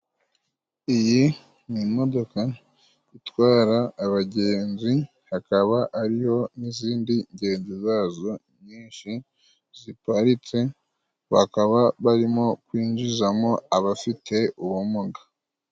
Iyi ni imodoka itwara abagenzi akaba ariyo n'izindi ngenzi zazo nyinshi ziparitse, bakaba barimo kwinjizamo abafite ubumuga.